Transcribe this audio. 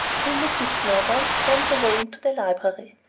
till mrs. snowdon roamed away into the library.